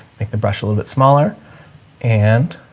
make the brush a little bit smaller and